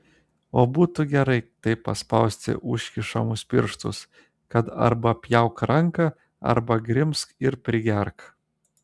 o būtų gerai taip paspausti užkišamus pirštus kad arba pjauk ranką arba grimzk ir prigerk